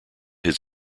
his